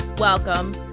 Welcome